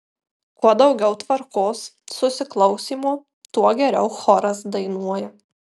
kuo daugiau tvarkos susiklausymo tuo geriau choras dainuoja